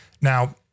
Now